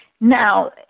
Now